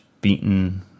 beaten